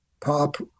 pop